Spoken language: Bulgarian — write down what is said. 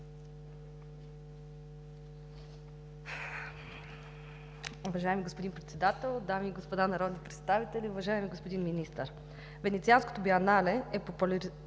Венецианското биенале е популяризатор